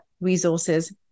resources